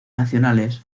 nacionales